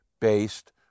based